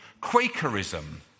Quakerism